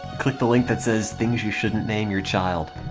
click the link that says things you shouldnt name your child